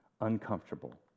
uncomfortable